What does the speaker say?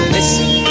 Listen